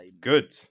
Good